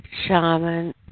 Shaman